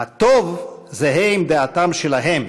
הטוב זהה עם דעתם שלהם,